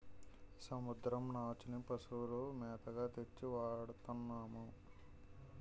సముద్రం నాచుని పశువుల మేతగా తెచ్చి వాడతన్నాము